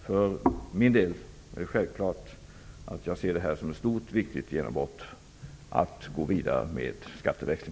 För min del ser jag det självfallet som ett stort och viktigt genombrott att vi går vidare med skatteväxling.